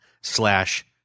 slash